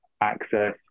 access